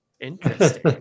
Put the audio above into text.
Interesting